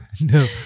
No